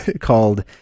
called